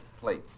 plates